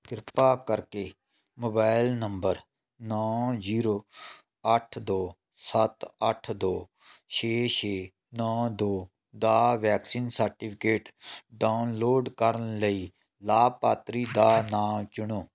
ਕਿਰਪਾ ਕਰਕੇ mobile number ਨੌਂ ਜ਼ੀਰੋ ਅੱਠ ਦੋ ਸੱਤ ਅੱਠ ਦੋ ਛੇ ਛੇ ਨੌਂ ਦੋ ਦਾ ਵੈਕਸੀਨ ਸਰਟੀਫਿਕੇਟ ਡਾਊਨਲੋਡ ਕਰਨ ਲਈ ਲਾਭਪਾਤਰੀ ਦਾ ਨਾਂ ਚੁਣੋ